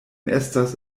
estas